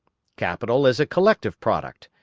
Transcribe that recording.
capital is a collective product,